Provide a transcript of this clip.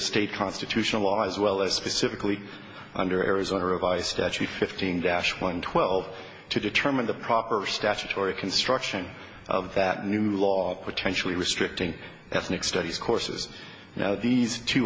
state constitutional law as well as specifically under arizona revised statute fifteen dash one twelve to determine the proper statutory construction of that new law potentially restricting ethnic studies courses now these two